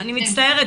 אני מצטערת,